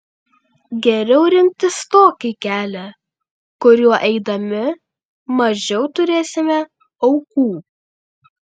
geriau rinktis tokį kelią kuriuo eidami mažiau turėsime aukų